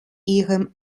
ihrem